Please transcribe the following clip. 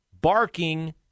barking